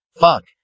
fuck